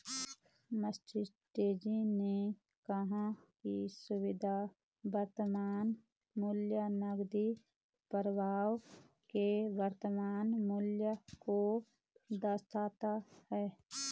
मास्टरजी ने कहा की शुद्ध वर्तमान मूल्य नकदी प्रवाह के वर्तमान मूल्य को दर्शाता है